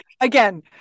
Again